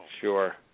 Sure